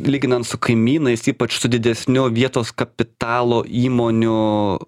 lyginant su kaimynais ypač su didesniu vietos kapitalo įmonių